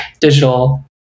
digital